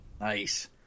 Nice